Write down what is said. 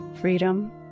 freedom